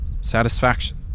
satisfaction